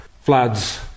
floods